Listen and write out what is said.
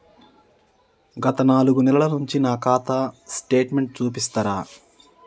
గత నాలుగు నెలల నుంచి నా ఖాతా స్టేట్మెంట్ చూపిస్తరా?